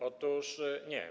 Otóż nie.